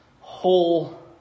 whole